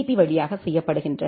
B வழியாக செய்யப்படுகின்றன